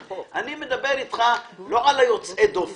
אני מדבר לא על יוצאי הדופן.